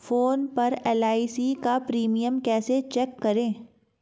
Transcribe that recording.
Phone पर LIC का premium कैसे चेक करें?